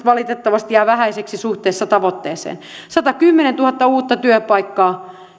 valitettavasti jäävät vähäisiksi suhteessa tavoitteeseen satakymmentätuhatta uutta työpaikkaa